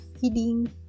feeding